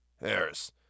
Harris